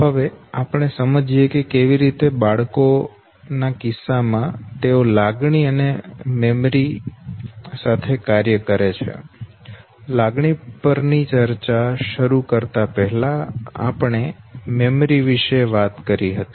હવે આપણે સમજીએ કે કેવી બાળકોના કિસ્સામાં તેઓ લાગણી અને મેમરી કાર્ય કરે છે લાગણી પરની ચર્ચા શરૂ કરતા પહેલા આપણે મેમરી વિશે વાત કરી હતી